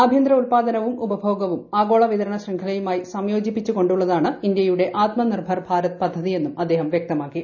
ആഭ്യന്തര ഉൽപ്പാദനവും ഉപഭോഗവും ആഗോള വിതരണ ശൃംഖലയുമായി സംയോജിപ്പിച്ചുകൊണ്ടുള്ളതാണ് ഇന്ത്യയുടെ ആത്മ നിർഭർ ഭാരത് പദ്ധതിഎന്നും അദ്ദേഹം വ്യക്തമാക്കി